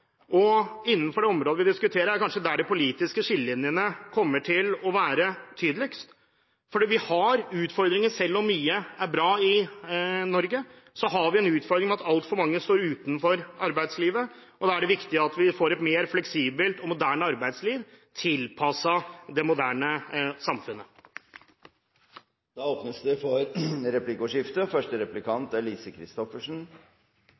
Det området vi diskuterer, er kanskje der de politiske skillelinjene kommer til å være tydeligst, for vi har utfordringer. Selv om mye er bra i Norge, har vi en utfordring med at altfor mange står utenfor arbeidslivet. Da er det viktig at vi får et mer fleksibelt og moderne arbeidsliv, tilpasset det moderne samfunnet. Det åpnes for replikkordskifte.